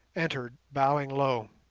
entered, bowing low.